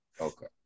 Okay